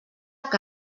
que